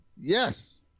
yes